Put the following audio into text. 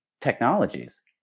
technologies